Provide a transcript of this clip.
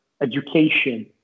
education